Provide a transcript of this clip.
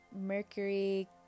Mercury